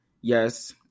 Yes